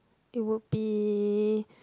it would be